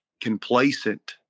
complacent